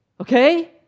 Okay